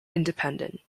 independent